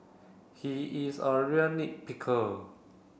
he is a real nit picker